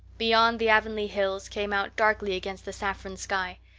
beyond, the avonlea hills came out darkly against the saffron sky.